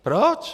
Proč?